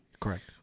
Correct